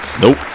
Nope